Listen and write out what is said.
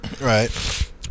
Right